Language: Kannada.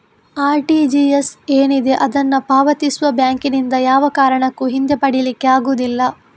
ಆರ್.ಟಿ.ಜಿ.ಎಸ್ ಏನಿದೆ ಅದನ್ನ ಪಾವತಿಸುವ ಬ್ಯಾಂಕಿನಿಂದ ಯಾವ ಕಾರಣಕ್ಕೂ ಹಿಂದೆ ಪಡೀಲಿಕ್ಕೆ ಆಗುದಿಲ್ಲ